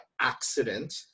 accident